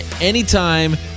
anytime